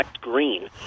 green